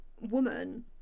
woman